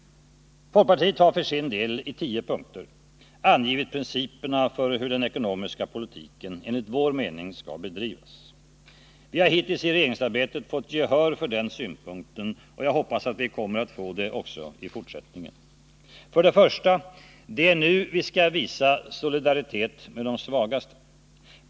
Folkpartiet har i tio punkter angivit principerna för hur den ekonomiska politiken, enligt vår mening, bör bedrivas. Vi har hittills i regeringsarbetet fått gehör för de synpunkterna, och jag hoppas att vi kommer att få det också i fortsättningen. För det första: Det är nu vi skall visa solidaritet med de svagaste.